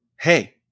hey